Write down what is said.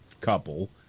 couple